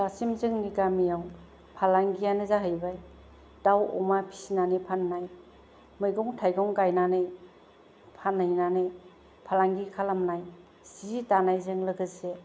दासिम जोंनि गामियाव फालांगियानो जाहैबाय दाव अमा फिसिनानै फाननाय मैगं थाइगं गायनानै फानहैनानै फालांगि खालामनाय जि दानायजों लोगोसे